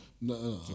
No